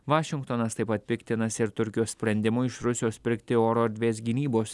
vašingtonas taip pat piktinasi ir turkijos sprendimu iš rusijos pirkti oro erdvės gynybos